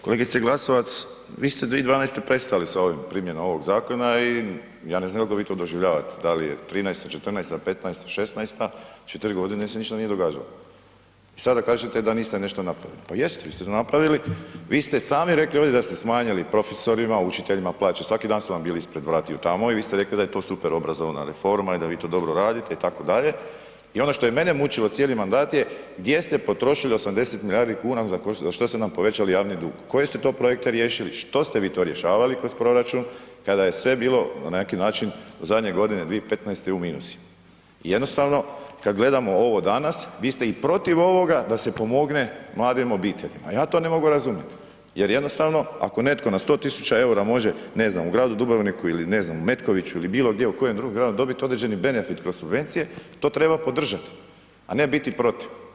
Kolegice Glasovac, vi ste 2012.g. prestali sa ovim primjena ovog zakona i ja ne znam kako vi to doživljavate, da li je 2013., 2014., 2015., 2016., 4.g. se ništa nije događalo i sada kažete da niste nešto napravili, pa jeste vi ste napravili, vi ste sami rekli ovdje da ste smanjili profesorima, učiteljima plaće, svaki dan su vam bili ispred vratiju tamo i vi ste rekli da je to super obrazovna reforma i da vi to dobro radite itd. i ono što je mene mučilo cijeli mandat je gdje ste potrošili 80 milijardi kuna za što su nam povećali javni dug, koje ste to projekte riješili, što ste vi to rješavali kroz proračun kada je sve bilo na neki način zadnje godine 2015.g. u minusu i jednostavno kad gledamo ovo danas vi ste i protiv ovoga da se pomogne mladim obiteljima, ja to ne mogu razumjeti jer jednostavno ako netko na 100.000,00 EUR-a može, ne znam u gradu Dubrovniku ili ne znam u Metkoviću ili bilo gdje u kojem drugom gradu dobit određeni benefit kroz subvencije, to treba podržati, a ne biti protiv.